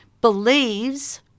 believes